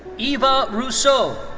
eva russo.